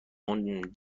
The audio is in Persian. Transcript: اون